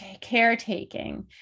caretaking